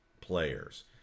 players